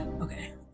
Okay